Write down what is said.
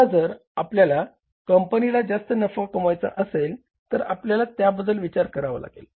आता जर आपल्या कंपनीला जास्त नफा कमवायचा असेल तर आपल्याला त्याबद्दल विचार करावा लागेल